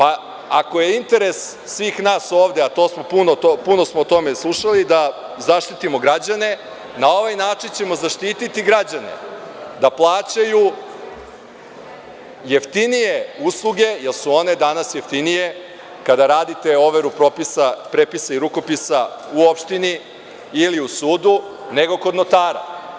Ako je interes svih nas ovde, a puno smo o tome slušali da zaštitimo građane, na ovaj način ćemo zaštiti građane da plaćaju jeftinije usluge jer su one danas jeftinije kada radite overu potpisa, prepisa i rukopisa u opštini ili u sudu, nego kod notara.